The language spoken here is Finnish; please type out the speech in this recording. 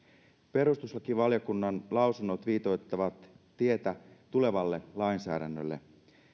perustuslakivaliokunnan lausunnot viitoittavat tietä tulevalle lainsäädännölle